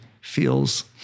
feels